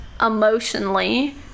emotionally